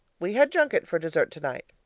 we had junket for dessert tonight.